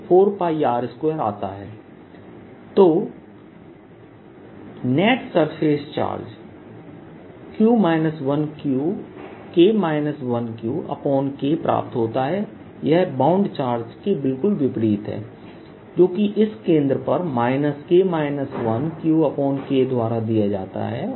P nQK4R2 तो net surface charge QK प्राप्त होता है यह बाउंड चार्ज के बिल्कुल विपरीत है जोकि इस केंद्र पर QK द्वारा दिया जाता है